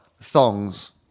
thongs